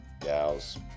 gals